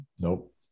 Nope